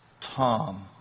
Tom